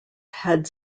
had